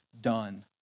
done